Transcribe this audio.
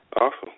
Awesome